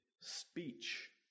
speech